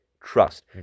trust